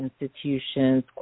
institutions